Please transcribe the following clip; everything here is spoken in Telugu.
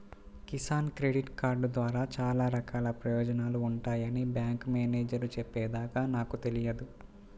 కిసాన్ క్రెడిట్ కార్డు ద్వారా చాలా రకాల ప్రయోజనాలు ఉంటాయని బ్యాంకు మేనేజేరు చెప్పే దాకా నాకు తెలియదు